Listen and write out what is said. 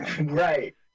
Right